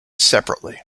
separately